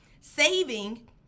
saving